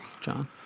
John